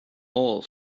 all